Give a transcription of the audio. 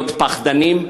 להיות פחדנים,